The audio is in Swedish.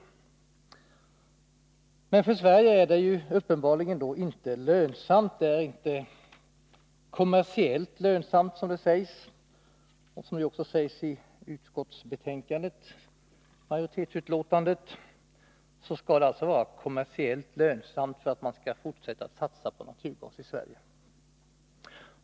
För Sverige är det uppenbarligen inte kommersiellt lönsamt, som det sägs. Utskottsmajoriteten skriver också att det skall vara kommersiellt lönsamt för att man skall fortsätta att satsa på naturgas i Sverige.